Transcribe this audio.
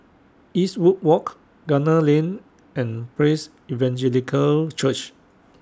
Eastwood Walk Gunner Lane and Praise Evangelical Church